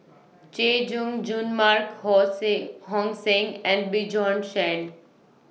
Chay Jung Jun Mark Ho Sing Hong Sing and Bjorn Shen